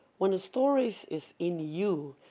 when the stories is in you,